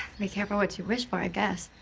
be careful what you wish for, i guess.